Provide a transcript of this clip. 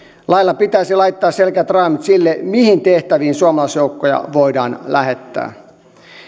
lailla pitäisi laittaa selkeät raamit sille mihin tehtäviin suomalaisjoukkoja voidaan lähettää